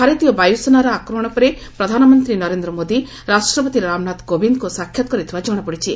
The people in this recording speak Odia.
ଭାରତୀୟ ବାୟୁସେନାର ଆକ୍ରମଶ ପରେ ପ୍ରଧାନମନ୍ତୀ ନରେନ୍ଦ୍ର ମୋଦି ରାଷ୍ଟ୍ରପତି ରାମନାଥ କୋବିନ୍ଦଙ୍କୁ ସାକ୍ଷାତ କରିଥିବା ଜଣାପଡ଼ିଛି